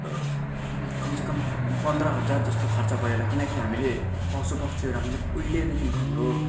कमसेकम पन्ध्र हजार जस्तो खर्च भयो होला किनकि हामीले पशु पक्षीहरू हामीले उहिलेदेखिको हाम्रो